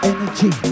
Energy